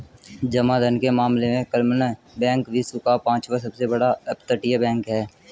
जमा धन के मामले में क्लमन बैंक विश्व का पांचवा सबसे बड़ा अपतटीय बैंक है